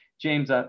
James